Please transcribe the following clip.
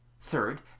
third